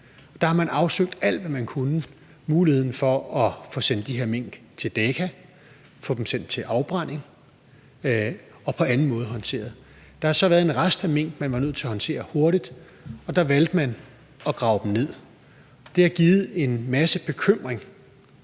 der har man afsøgt alt, hvad man kunne: muligheden for at få sendt de her mink til Daka, få dem sendt til afbrænding og på anden måde håndteret. Der har så været en rest af mink, som man var nødt til at håndtere hurtigt, og der valgte man at grave dem ned. Det har givet en masse bekymring